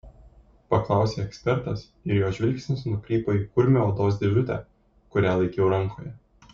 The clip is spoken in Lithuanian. paklausė ekspertas ir jo žvilgsnis nukrypo į kurmio odos dėžutę kurią laikiau rankoje